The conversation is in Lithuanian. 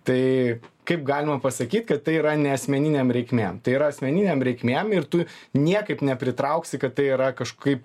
tai kaip galima pasakyt kad tai yra ne asmeninėm reikmėm tai yra asmeninėm reikmėm ir tu niekaip nepritrauksi kad tai yra kažkaip